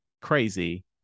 crazy